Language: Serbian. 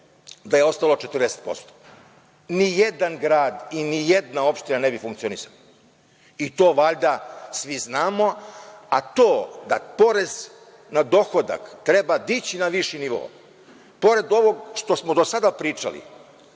da je ostalo 40%? Ni jedan grad i nijedna opština ne bi funkcionisala, i to valjda svi znamo, a to da porez na dohodak treba dići na viši nivo, pored ovog što smo do sada pričali,